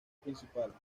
principales